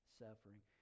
suffering